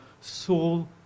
soul